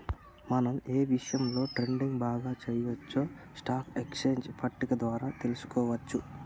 మనం ఏ సమయంలో ట్రేడింగ్ బాగా చెయ్యొచ్చో స్టాక్ ఎక్స్చేంజ్ పట్టిక ద్వారా తెలుసుకోవచ్చు